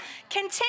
Continue